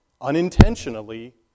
unintentionally